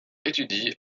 étudie